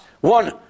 one